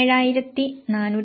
കൊണ്ടുവന്നു